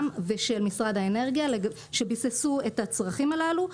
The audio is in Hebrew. ושל משרד האנרגיה שביססו את הצרכים הללו.